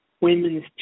Women's